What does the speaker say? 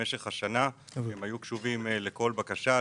במשך השנה הם היו קשובים לכל בקשה,